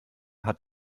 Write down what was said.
hat